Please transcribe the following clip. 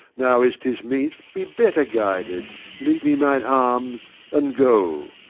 now, as tis meet, be better guided leave me mine arms, and go.